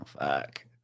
fuck